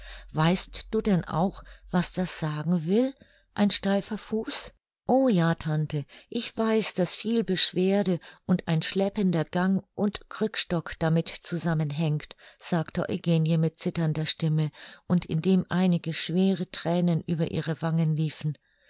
weißt du denn auch was das sagen will ein steifer fuß o ja tante ich weiß daß viel beschwerde und ein schleppender gang und krückstock damit zusammenhängt sagte eugenie mit zitternder stimme und indem einige schwere thränen über ihre wangen liefen